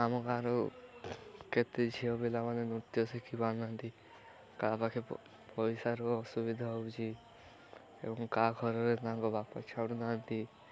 ଆମ ଗାଁରୁ କେତେ ଝିଅ ପିଲାମାନେ ନୃତ୍ୟ ଶିଖି ପାରୁନାହାନ୍ତି କାହା ପାାଖେ ପଇସାର ଅସୁବିଧା ହଉଛି ଏବଂ କାହା ଘରରେ ତାଙ୍କ ବାପ ଛାଡ଼ୁନାହାନ୍ତି